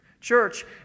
Church